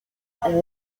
mother